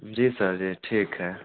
जी sir जी ठीक है